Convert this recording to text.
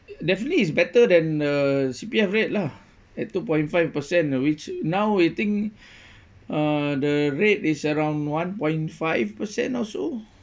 definitely is better than uh C_P_F rate lah at two point five percent which now we think uh the rate is around one point five percent also